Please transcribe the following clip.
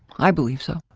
i believe so.